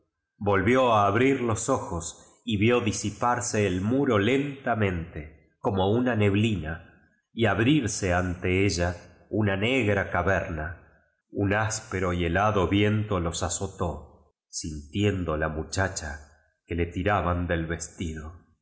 volvió a abrir los ojos y vió disiparse el muro lontamentoj como una neblina y abrirse ante ella una negra caverna un áspero y helado viento los azotó sin tiendo la muchacha que la tiraban del